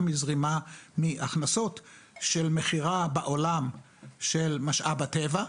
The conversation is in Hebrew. מזרימה מהכנסות של מכירה בעולם של משאב הטבע,